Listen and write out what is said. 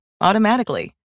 automatically